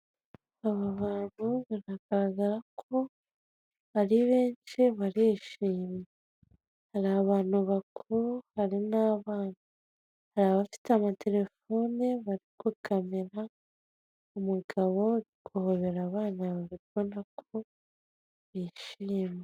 Aba bantu biragaragara ko ari benshi barishimye. Hari abantu bakuru hari n'abana. Hari abafite amatelefone bari gukamera umugabo uri guhobera abana babiri ubona ko bishimye.